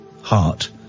heart